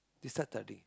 they start study